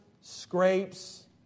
scrapes